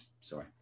sorry